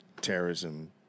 terrorism